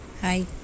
Hi